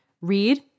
read